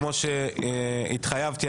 כמו שהתחייבתי,